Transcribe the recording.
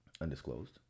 Undisclosed